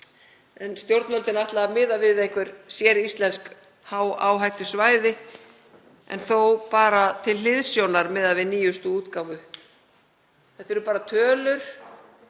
stjórnvöld að miða við einhver hááhættusvæði, en þó bara til hliðsjónar miðað við nýjustu útgáfu. Þetta eru bara tölur.